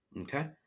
okay